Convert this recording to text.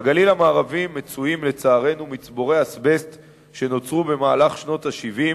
בגליל המערבי יש לצערנו מצבורי אזבסט שנוצרו בשנות ה-70,